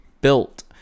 built